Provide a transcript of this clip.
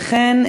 וכן,